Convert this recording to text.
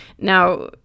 Now